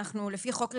לפי חוק רציפות,